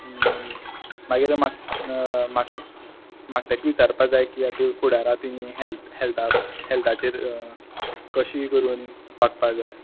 मागीर म्हाक म्हाक म्हाक तेक विचारपा जाय की आत फुडारा तुंय हेल्थ हेल्था हेल्थाचेर कशी करून वागपा जाय